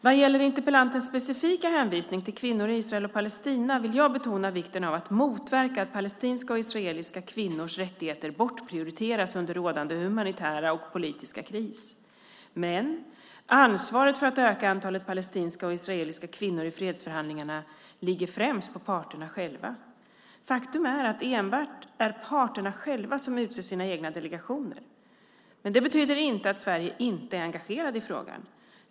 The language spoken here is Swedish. Vad gäller interpellantens specifika hänvisning till kvinnor i Israel och Palestina vill jag betona vikten av att motverka att palestinska och israeliska kvinnors rättigheter bortprioriteras under rådande humanitära och politiska kris. Men ansvaret för att öka antalet palestinska och israeliska kvinnor i fredsförhandlingarna ligger främst på parterna själva. Faktum är att det enbart är parterna själva som utser sina egna delegationer. Det betyder inte att Sverige inte är engagerat i frågan.